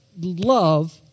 love